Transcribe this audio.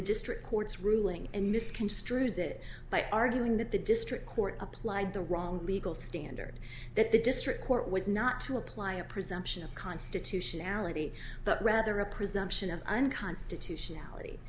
the district court's ruling and misconstrues it by arguing that the district court applied the wrong legal standard that the district court was not to apply a presumption of constitutionality but rather a presumption of unconstitutionality